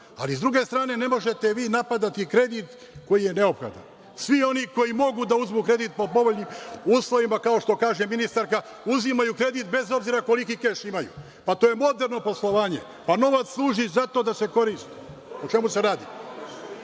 Ali s druge strane, ne možete vi napadati kredit koji je neopravdan. Svi oni koji mogu da uzmu kredit po povoljnim uslovima, kao što kaže ministarka, uzimaju kredit bez obzira koliki keš imaju. Pa to je moderno poslovanje. Pa novac služi za to da se koristi. O čemu se radi? Prema